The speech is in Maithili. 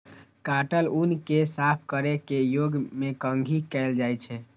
काटल ऊन कें साफ कैर के ओय मे कंघी कैल जाइ छै